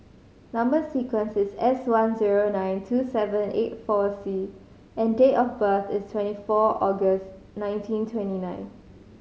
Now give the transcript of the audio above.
number sequence is S one zero nine two seven eight four C and date of birth is twenty four August nineteen twenty nine